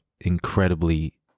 incredibly